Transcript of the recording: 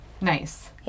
Nice